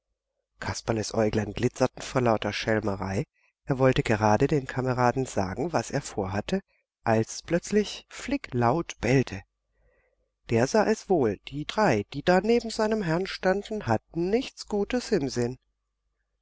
kasperles äuglein glitzerten vor lauter schelmerei er wollte gerade den kameraden sagen was er vorhatte als plötzlich flick laut bellte der sah es wohl die drei die da neben seinem herrn standen hatten nichts gutes im sinn